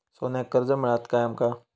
सोन्याक कर्ज मिळात काय आमका?